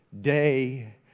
day